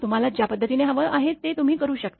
तुम्हाला ज्या पद्धतीने हवं आहे ते तुम्ही करू शकता